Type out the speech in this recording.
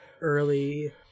early